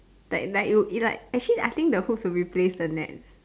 like like you is like actually I think the hoops should replace the net